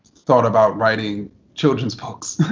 thought about writing children's books.